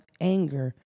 anger